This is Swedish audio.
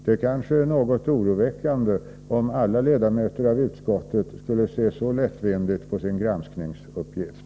Det vore oroväckande om alla ledamöter av konstitutionsutskottet skulle se så lättvindigt på sin granskningsuppgift.